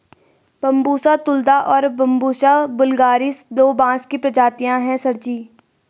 Bambusa tulda और Bambusa vulgaris दो बांस की प्रजातियां हैं सर जी